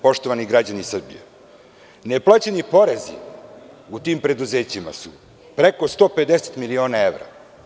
Poštovani građani Srbije, neplaćeni porezi u tim preduzećima su preko 150 miliona evra.